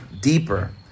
deeper